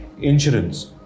Insurance